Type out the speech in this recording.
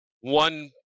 one